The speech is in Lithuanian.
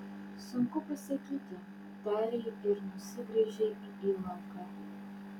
sunku pasakyti tarei ir nusigręžei į įlanką